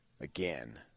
again